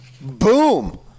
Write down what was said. Boom